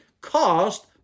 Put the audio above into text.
caused